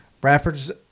Bradford's